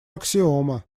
аксиома